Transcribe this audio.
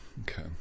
Okay